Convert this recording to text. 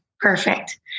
perfect